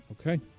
Okay